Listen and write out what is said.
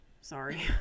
sorry